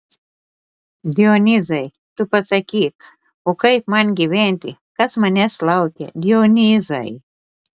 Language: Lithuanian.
dionyzai tu pasakyk o kaip man gyventi kas manęs laukia dionyzai